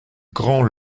grand